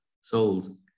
souls